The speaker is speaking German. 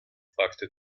fragte